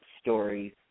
stories